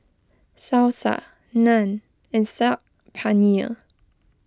Salsa Naan and Saag Paneer